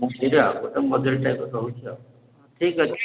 ଏମିତି ଆଉ ଗୋଟେ ମଜୁରୀ ଟାଇପ୍ର ରହୁଛି ଆଉ ଠିକ୍ ଅଛି